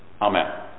Amen